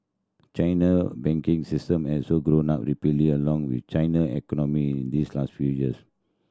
China banking system has all grown up rapidly along with China economy in this last few years